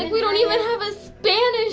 and we don't even have a spanish